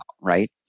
right